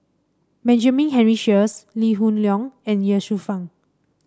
Benjamin Henry Sheares Lee Hoon Leong and Ye Shufang